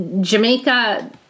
Jamaica